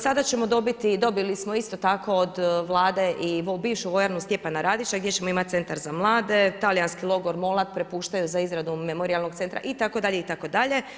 Sada ćemo dobiti i dobili smo isto tako od Vlade i bivšu vojarnu Stjepana Radića, gdje ćemo imati centar za mlade, talijanski logor molat prepuštaju za izradu memorijalnog centra itd. itd.